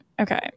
Okay